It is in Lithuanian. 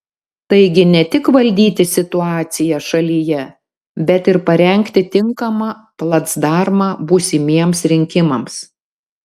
taigi ne tik valdyti situaciją šalyje bet ir parengti tinkamą placdarmą būsimiems rinkimams